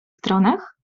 stronach